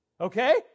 Okay